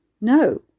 No